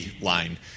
line